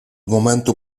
momentu